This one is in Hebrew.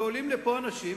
הרי עולים לפה אנשים,